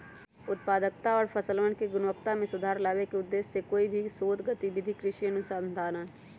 उत्पादकता और फसलवन के गुणवत्ता में सुधार लावे के उद्देश्य से कोई भी शोध गतिविधि कृषि अनुसंधान हई